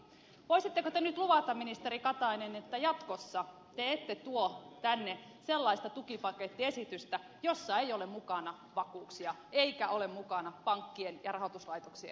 voisitteko te nyt luvata ministeri katainen että jatkossa te ette tuo tänne sellaista tukipakettiesitystä jossa ei ole mukana vakuuksia eikä ole mukana pankkien ja rahoituslaitosten osuutta